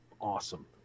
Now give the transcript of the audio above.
awesome